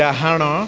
ଡାହାଣ